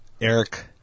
Eric